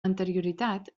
anterioritat